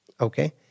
okay